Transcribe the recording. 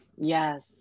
yes